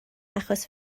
achos